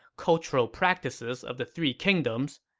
cultural practices of the three kingdoms.